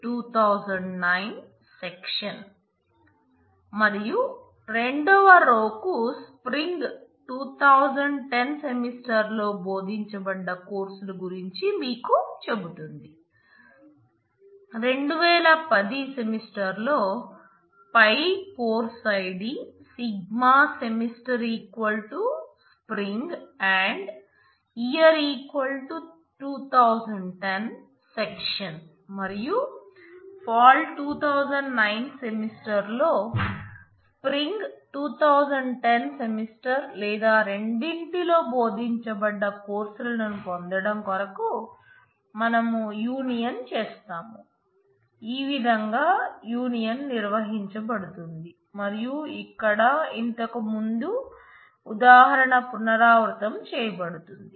మరియు రెండవ రో నిర్వహించబడుతుంది మరియు ఇక్కడ ఇంతకు ముందు ఉదాహరణ పునరావృతం చేయబడుతుంది